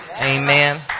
Amen